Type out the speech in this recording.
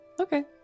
Okay